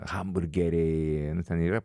hamburgeriai nu ten yra